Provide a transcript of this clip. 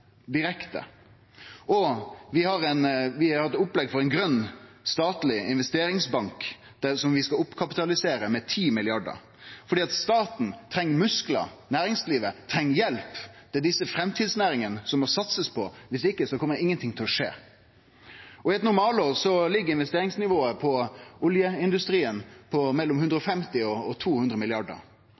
oppkapitalisere med 10 mrd. kr, fordi staten treng musklar, næringslivet treng hjelp. Det er desse framtidsnæringane ein må satse på. Om ikkje, kjem ingen ting til å skje. I eit normalår ligg investeringsnivået til oljeindustrien på mellom 150 mrd. kr og 200